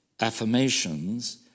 affirmations